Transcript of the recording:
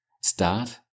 Start